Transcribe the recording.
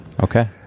Okay